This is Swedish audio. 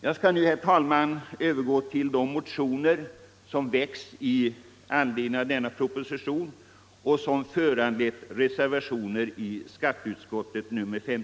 Jag skall nu, herr talman, övergå till att beröra de motioner som har väckts i anledning av propositionen och som föranlett reservationer.